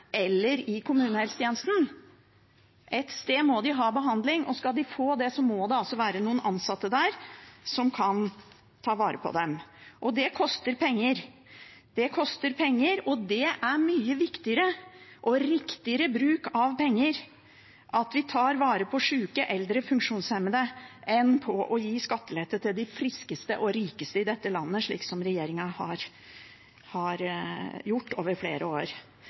eller i kommunehelsetjenesten. Ett sted må de få behandling, og skal de få det, må det altså være noen ansatte der som kan ta vare på dem. Det koster penger, og det er mye viktigere og riktigere bruk av penger at vi tar vare på syke, eldre og funksjonshemmede enn å gi skattelette til de friskeste og rikeste i dette landet, slik som regjeringen har gjort over flere år.